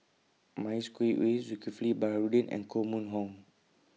Mavis Khoo Oei Zulkifli Baharudin and Koh Mun Hong